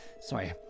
Sorry